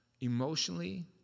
emotionally